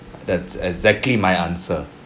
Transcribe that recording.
that's exactly my answer